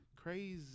crazy